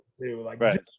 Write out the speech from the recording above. Right